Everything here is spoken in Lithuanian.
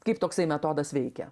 kaip toksai metodas veikia